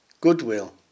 Goodwill